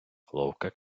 ловка